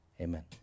amen